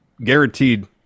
guaranteed